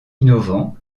innovant